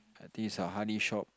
I think it's a honey shop